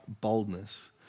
boldness